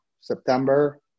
September